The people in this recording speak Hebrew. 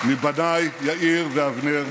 מבניי יאיר ואבנר,